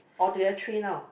or to you all three now